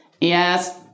yes